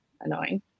annoying